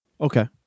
Okay